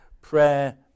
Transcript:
Prayer